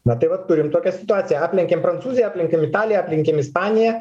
na tai vat turim tokią situaciją aplenkėm prancūziją aplenkėm italiją aplenkėm ispaniją